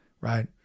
right